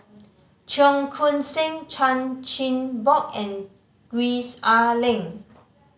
Cheong Koon Seng Chan Chin Bock and Gwees Ah Leng